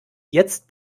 jetzt